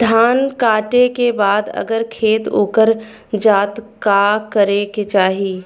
धान कांटेके बाद अगर खेत उकर जात का करे के चाही?